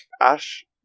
Ash